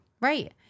Right